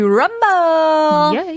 rumble